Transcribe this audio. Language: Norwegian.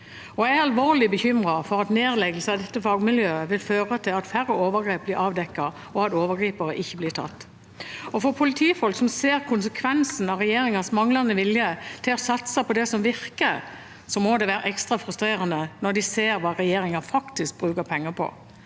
Jeg er alvorlig bekymret for at nedleggelse av dette fagmiljøet vil føre til at færre overgrep blir avdekket, og at overgripere ikke blir tatt. For politifolk som ser konsekvensen av regjeringens manglende vilje til å satse på det som virker, må det være ekstra frustrerende når de ser hva regjeringen faktisk bruker penger på.